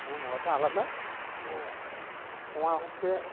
এই মজাটা আলাদা তোমার হচ্ছে